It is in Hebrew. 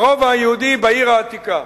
ברובע היהודי בעיר העתיקה.